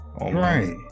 right